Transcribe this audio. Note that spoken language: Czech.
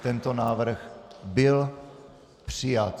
Tento návrh byl přijat.